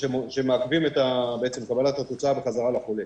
שמעכבים את קבלת התוצאה בחזרה לחולה.